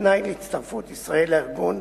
וכתנאי להצטרפות ישראל לארגון,